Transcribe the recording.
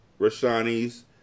Rashani's